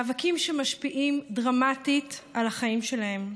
מאבקים שמשפיעים דרמטית על החיים שלהם.